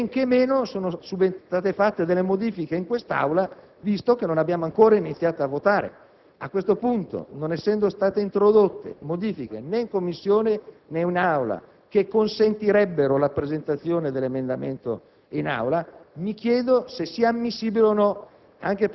e men che meno sono state apportate delle modifiche in quest'Aula, visto che non abbiamo ancora iniziato a votare. A questo punto, non essendo state introdotte modifiche né in Commissione né in Aula, che consentirebbero la presentazione del maxiemendamento in Aula, mi chiedo se sia ammissibile o no,